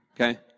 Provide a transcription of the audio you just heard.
okay